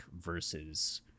versus